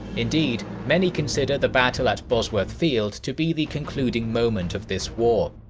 indeed, many consider the battle at bosworth field to be the concluding moment of this war,